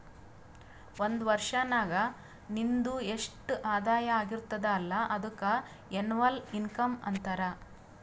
ಒಂದ್ ವರ್ಷನಾಗ್ ನಿಂದು ಎಸ್ಟ್ ಆದಾಯ ಆಗಿರ್ತುದ್ ಅಲ್ಲ ಅದುಕ್ಕ ಎನ್ನವಲ್ ಇನ್ಕಮ್ ಅಂತಾರ